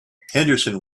henderson